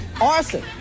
arson